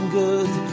good